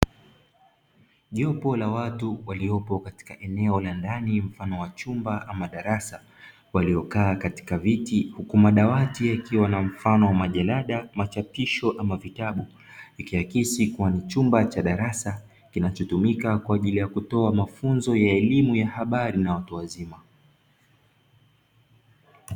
Jopo la watu waliopo katika eneo la ndani mfano wa chumba ama darasa waliokaa katika viti huku madawati yakiwa na mfano wa majalada, machapisho ama vitabu ikiakisi kuwa ni chumba cha darasa kinachotumika kwa ajili kutoa mafunzo ya elimu ya habari na watu wazima.